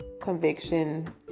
conviction